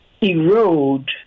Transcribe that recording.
erode